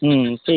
হুম ঠিক